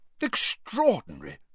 Extraordinary